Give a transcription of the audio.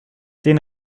den